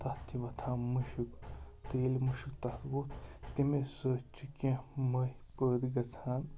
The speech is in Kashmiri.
تَتھ تہِ وۄتھان مُشُک تہٕ ییٚلہِ مُشُک تَتھ ووٚتھ تَمے سۭتۍ چھُ کینٛہہ مٔہیہ پٲدٕ گَژھان